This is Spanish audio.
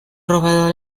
robado